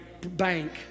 bank